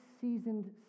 seasoned